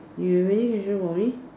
you really visual for me